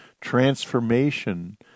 Transformation